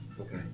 Okay